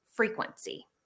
Frequency